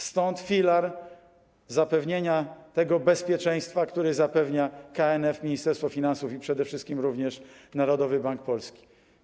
Stąd filar zapewnienia tego bezpieczeństwa, który zapewniają KNF, Ministerstwo Finansów i przede wszystkim również Narodowy Bank Polski.